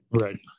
right